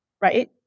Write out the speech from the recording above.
Right